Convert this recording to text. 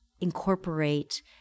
incorporate